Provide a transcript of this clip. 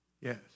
Yes